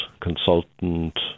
consultant